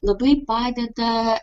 labai padeda